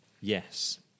Yes